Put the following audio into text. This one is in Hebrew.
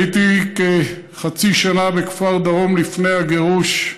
הייתי כחצי שנה בכפר דרום לפני הגירוש,